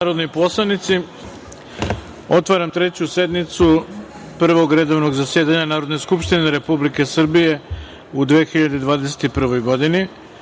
narodni poslanici, otvaram Treću sednicu Prvog redovnog zasedanja Narodne skupštine Republike Srbije u 2021. godini. Na